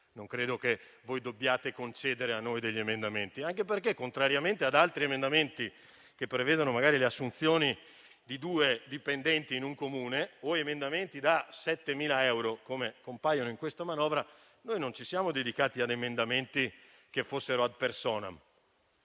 Non credo che voi dobbiate concedere a noi degli emendamenti, anche perché, contrariamente ad altre proposte di modifica che prevedono magari assunzioni di due dipendenti in un Comune o ad emendamenti da 7.000 euro, come alcuni di quelli che compaiono in questa manovra, noi non ci siamo dedicati ad emendamenti *ad personam*